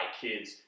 kids